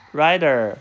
rider